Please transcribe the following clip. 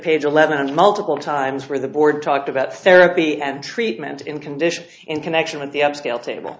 page eleven and multiple times where the board talked about therapy and treatment in conditions in connection with the upscale table